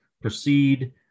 proceed